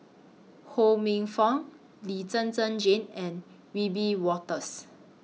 Ho Minfong Lee Zhen Zhen Jane and Wiebe Wolters